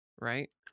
right